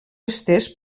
estès